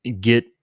get